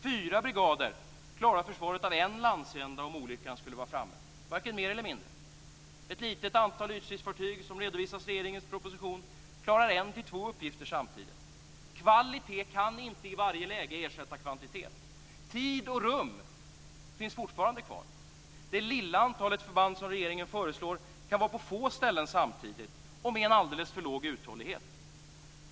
Fyra brigader klarar försvaret av en landsända om olyckan skulle vara framme, varken mer eller mindre. Det lilla antal ytstridsfartyg som redovisas i regeringens proposition klarar en-två uppgifter samtidigt. Kvalitet kan inte i varje läge ersätta kvantitet. Tid och rum finns fortfarande kvar. Det lilla antalet förband som regeringen föreslår kan vara på få ställen samtidigt och har en alldeles för låg uthållighet.